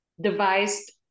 devised